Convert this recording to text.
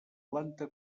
planta